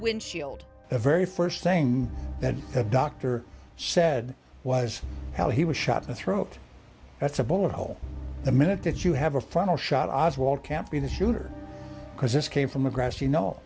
windshield the very first thing that the doctor said was how he was shot in the throat that's a bullet hole the minute that you have a final shot oswald can't be the shooter because this came from the grassy kno